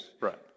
Right